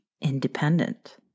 independent